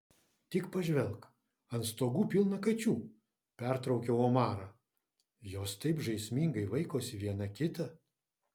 tik pažvelk ant stogų pilna kačių pertraukiau omarą jos taip žaismingai vaikosi viena kitą